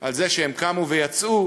על זה שהם קמו ויצאו,